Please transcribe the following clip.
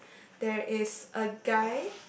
there is a guy